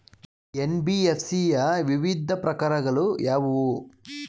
NBFC ಯ ವಿವಿಧ ಪ್ರಕಾರಗಳು ಯಾವುವು?